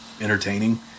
entertaining